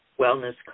wellness